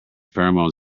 pheromones